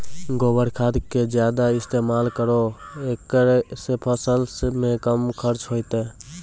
गोबर खाद के ज्यादा इस्तेमाल करौ ऐकरा से फसल मे कम खर्च होईतै?